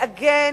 לעגן,